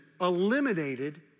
eliminated